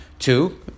Two